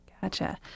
Gotcha